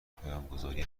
پیامگذاری